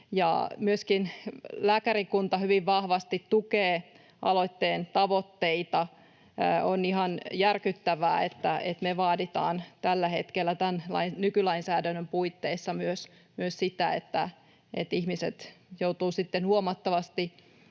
Myöskin lääkärikunta hyvin vahvasti tukee aloitteen tavoitteita. On ihan järkyttävää, että me vaaditaan tällä hetkellä nykylainsäädännön puitteissa myös sitä, että ihmiset joutuvat huomattavasti